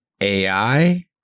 AI